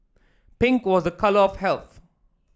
pink was a colour of health